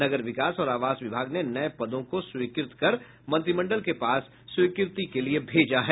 नगर विकास और आवास विभाग ने नये पदों को स्वीकृत कर मंत्रिमंडल के पास स्वीकृति के लिए भेजा है